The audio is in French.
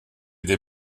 des